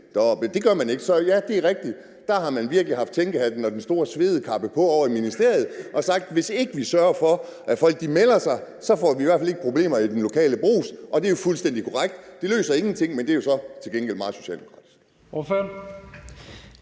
sig deroppe. Så ja, det er rigtigt. Der har man virkelig haft tænkehatten og den store svedekappe på ovre i ministeriet og sagt, at hvis vi sørger for, at folk ikke melder sig, så får vi i hvert fald ikke problemer i den lokale Brugs, og det er jo fuldstændig korrekt. Det løser ingenting, men det er jo så til gengæld meget socialdemokratisk.